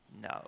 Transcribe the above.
No